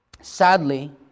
Sadly